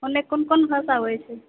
ओने कोन कोन भाषा होइत छै